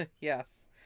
Yes